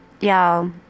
Y'all